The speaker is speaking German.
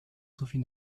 sowie